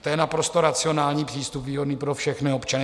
To je naprosto racionální přístup, výhodný pro všechny občany.